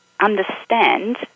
understand